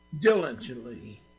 diligently